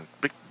big